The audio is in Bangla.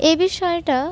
এই বিষয়টা